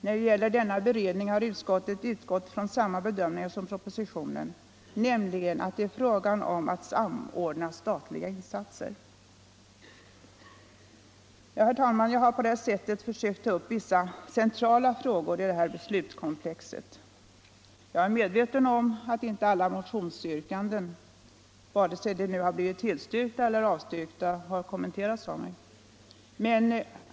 När det gäller denna beredning har utskottet utgått från samma bedömning som propositionen — nämligen att det är fråga om att samordna statliga insatser. Herr talman! Jag har på detta sätt försökt ta upp vissa centrala frågor i det här beslutskomplexet. Jag är medveten om att inte alla motionsyrkanden, vare sig de blivit tillstyrkta eller avstyrkta, har kommenterats av mig.